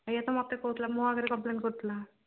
ସେଇଆ ତ ମୋତେ କହୁଥିଲା ମୋ ଆଗରେ କମ୍ପ୍ଲେନ୍ କରୁଥିଲା